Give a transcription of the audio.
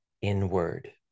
inward